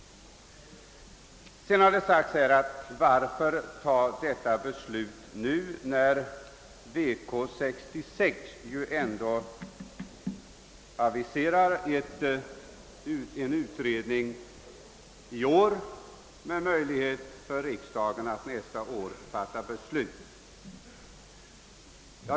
Här har ställts frågan: Varför skall vi fatta dessa beslut nu, när VK 66 ju ändå aviserar en utredning i år, med möjlighet för riksdagen att nästa år fatta beslut?